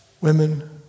women